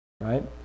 right